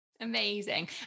Amazing